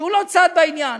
שהוא לא צד בעניין.